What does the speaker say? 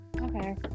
Okay